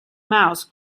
mouse